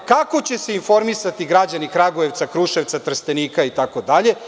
Kako će se informisati građani Kragujevca, Kruševca, Trstenika itd?